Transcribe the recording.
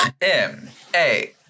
M-A